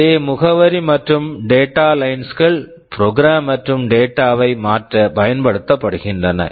அதே முகவரி மற்றும் டேட்டா data லைன்ஸ் lines கள் ப்ரோக்ராம் program மற்றும் டேட்டா data வை மாற்ற பயன்படுத்தப்படுகின்றன